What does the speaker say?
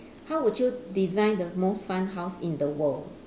how would you design the most fun house in the world